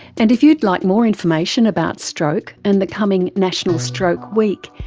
and if you'd like more information about stroke and the coming national stroke week,